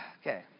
Okay